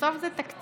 בסוף זה תקציב.